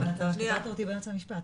אתה קטעת אותי באמצע משפט,